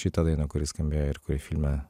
šitą dainą kuri skambėjo ir kuri filme